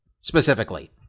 specifically